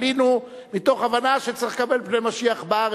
עלינו מתוך הבנה שצריך לקבל פני משיח בארץ,